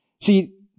See